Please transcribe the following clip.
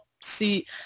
see